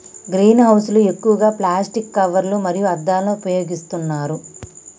green house లు ఎక్కువగా plastic కవర్లు మరియు అద్దాలను ఉపయోగిస్తున్నారు